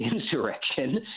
insurrection